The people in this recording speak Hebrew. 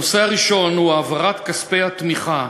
הנושא הראשון הוא העברת כספי התמיכה